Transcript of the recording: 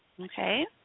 Okay